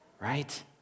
right